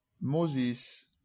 Moses